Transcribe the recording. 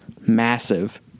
massive